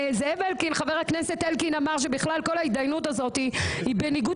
וחבר הכנסת אלקין אמר שבכלל כל ההתדיינות הזאת היא בניגוד